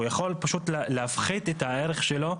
הוא יכול ]שוט להפחית את הערך שלו,